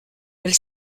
elle